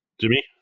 jimmy